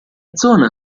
zona